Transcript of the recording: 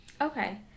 Okay